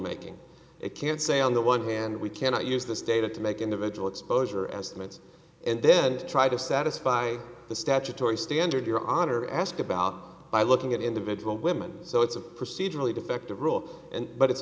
making it can't say on the one hand we cannot use this data to make individual exposure estimates and then try to satisfy the statutory standard your honor asked about by looking at individual women so it's a procedurally defective rule and but it's